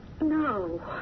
No